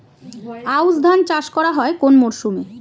আউশ ধান চাষ করা হয় কোন মরশুমে?